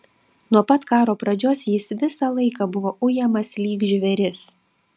nuo pat karo pradžios jis visą laiką buvo ujamas lyg žvėris